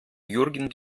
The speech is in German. jürgen